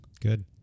Good